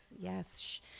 yes